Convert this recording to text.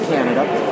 Canada